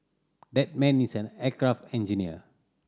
that man is an aircraft engineer